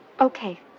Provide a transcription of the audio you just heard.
Okay